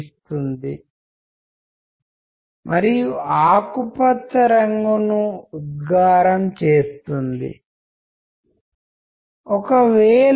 communication అంత సాధారణం కాదని మీరు ఇప్పటికే గ్రహించి ఉండవచ్చు